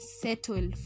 settle